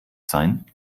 sein